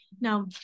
Now